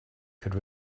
could